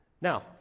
Now